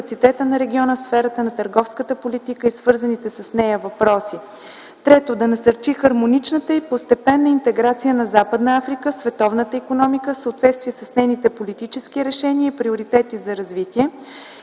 - да насърчи хармоничната и постепенна интеграция на Западна Африка в световната икономика в съответствие с нейните политически решения и приоритети за развитие;